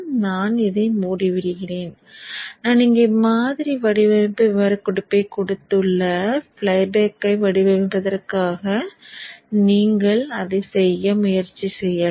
நான் இதை மூடிவிடுகிறேன் நான் இங்கே மாதிரி வடிவமைப்பு விவரக்குறிப்பைக் கொடுத்துள்ள ஃப்ளைபேக் வடிவமைப்பிற்காகவும் நீங்கள் அதைச் செய்ய முயற்சி செய்யலாம்